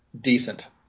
decent